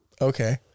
okay